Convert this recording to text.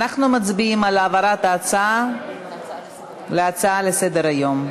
אנחנו מצביעים על העברת ההצעה להצעה לסדר-היום.